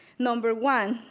number one,